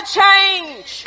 change